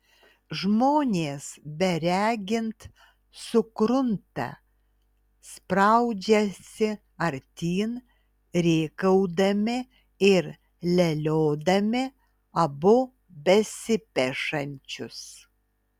žmonės beregint sukrunta spraudžiasi artyn rėkaudami ir leliodami abu besipešančius